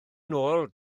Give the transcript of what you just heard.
nôl